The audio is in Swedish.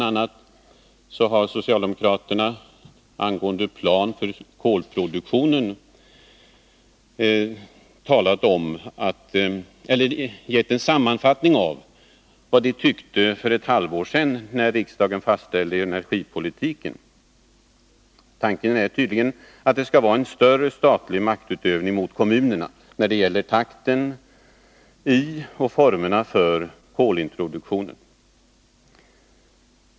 a. har socialdemokraterna när det gäller en plan för kolproduktionen sammanfattat vad de tyckte för ett halvår sedan när riksdagen fastställde energipolitiken. Tanken är tydligen att det skall vara en större statlig maktutövning mot kommunerna när det gäller takten i och formerna för kolintroduktionen.